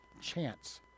chance